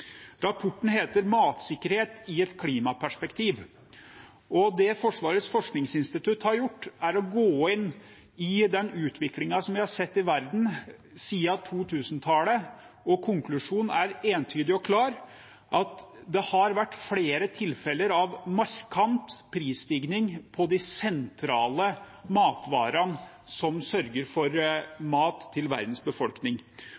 Rapporten heter Matsikkerhet i et klimaperspektiv. Det Forsvarets forskningsinstitutt har gjort, er å gå inn i den utviklingen som vi har sett i verden siden 2000-tallet. Konklusjonen er entydig og klar: Det har vært flere tilfeller av markant prisstigning på de sentrale matvarene som sørger for mat til verdens befolkning,